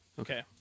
Okay